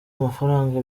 amafaranga